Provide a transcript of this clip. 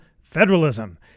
federalism